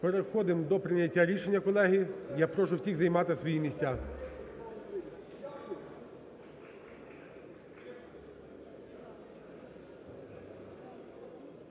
Переходимо до прийняття рішення, колеги. Я прошу всіх займати свої місця.